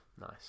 Nice